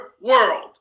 world